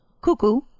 cuckoo